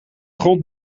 grond